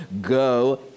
go